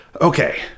okay